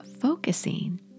focusing